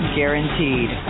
guaranteed